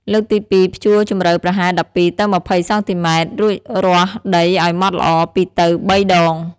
លើកទី២ ភ្ជួរជំរៅប្រហែល ១២ ទៅ ២០ សង់ទីម៉ែត្រ រួចរាស់ដីឲ្យម៉ត់ល្អ ២ ទៅ ៣ ដង។